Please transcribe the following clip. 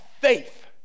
faith